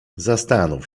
zastanów